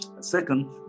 Second